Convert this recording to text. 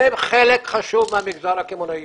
הם חלק חשוב מהמגזר הקמעונאי